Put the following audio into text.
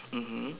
mmhmm